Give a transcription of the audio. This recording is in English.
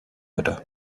better